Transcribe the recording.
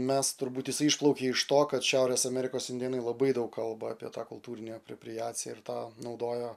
mes turbūt jisai išplaukė iš to kad šiaurės amerikos indėnai labai daug kalba apie tą kultūrinę apriprijaciją ir tą naudojo